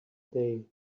day